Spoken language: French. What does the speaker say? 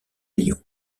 lyon